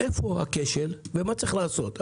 איפה הכשל ומה צריך לעשות.